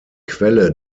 quelle